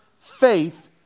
Faith